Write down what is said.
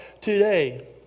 today